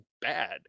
bad